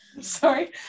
Sorry